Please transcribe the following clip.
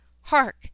Hark